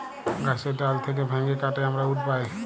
গাহাচের ডাল থ্যাইকে ভাইঙে কাটে আমরা উড পায়